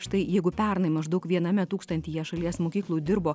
štai jeigu pernai maždaug viename tūkstantyje šalies mokyklų dirbo